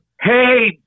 Hey